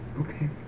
Okay